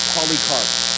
Polycarp